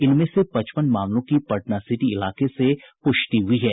इनमें से पचपन मामलों की पटना सिटी इलाके से प्रष्टि हुई है